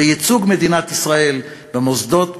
בייצוג מדינת ישראל במוסדות,